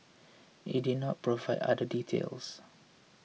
it did not provide other details